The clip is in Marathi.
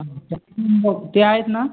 ते आहेत ना